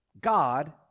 God